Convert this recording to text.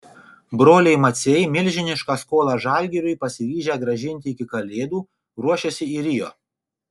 broliai maciai milžinišką skolą žalgiriui pasiryžę grąžinti iki kalėdų ruošiasi į rio